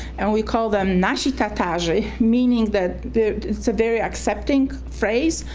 and we call them nasze tatary meaning that it's a very accepting phrase.